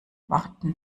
warten